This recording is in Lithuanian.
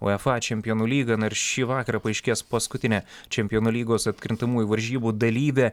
uefa čempionų lyga na ir šį vakarą paaiškės paskutinė čempionų lygos atkrintamųjų varžybų dalyvė